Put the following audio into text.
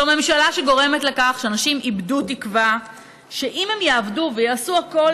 זו ממשלה שגורמת לכך שאנשים איבדו תקווה שאם הם יעבדו ויעשו הכול